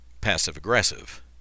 passive-aggressive